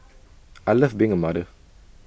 I love being A mother